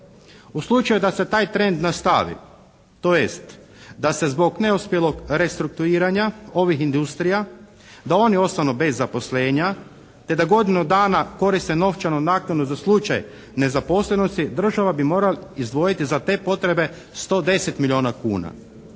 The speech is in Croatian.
U slučaju da se taj trend nastavi, tj., da se zbog neuspjelog restrukturiranja ovih industrija, da oni ostanu bez zaposlenja te da godinu dana koriste novčanu naknadnu za slučaj nezaposlenosti država bi morala izdvojiti za te potrebe 110 milijuna kuna.